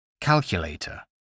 calculator